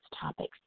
topics